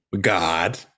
God